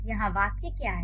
यहाँ वाक्य क्या है